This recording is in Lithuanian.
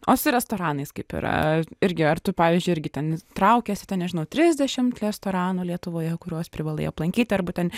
o su restoranais kaip yra irgi ar tu pavyzdžiui irgi ten traukiesi ten nežinau trisdešimt restoranų lietuvoje kuriuos privalai aplankyti arba ten